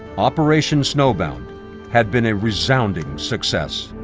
operation snowbound had been a resounding success.